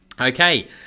okay